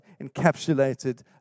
encapsulated